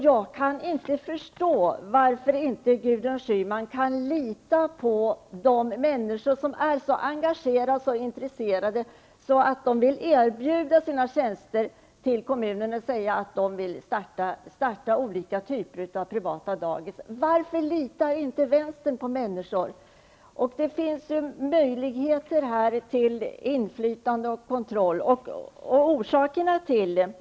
Jag kan inte förstå varför Gudrun Schyman inte kan lita på de människor som är så engagerade och intresserade att de vill starta olika typer av privata dagis och erbjuda kommunen sina tjänster. Varför litar inte vänstern på människor? Det finns möjligheter till inflytande och kontroll.